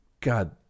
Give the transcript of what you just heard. God